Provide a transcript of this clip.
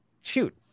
shoot